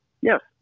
Yes